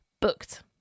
booked